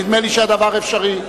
נדמה לי שהדבר אפשרי.